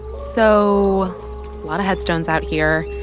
so a lot of headstones out here.